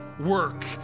work